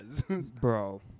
bro